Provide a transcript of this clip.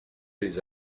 les